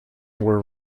were